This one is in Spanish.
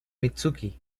mitsuki